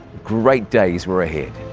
great days were ahead.